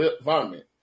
vomit